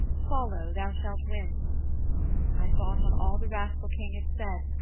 follow, thou shalt win i thought on all the wrathful king had said,